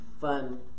fun